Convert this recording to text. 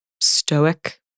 stoic